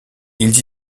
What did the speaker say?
ils